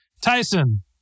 tyson